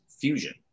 fusion